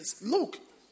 look